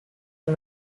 and